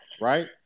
right